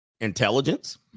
Intelligence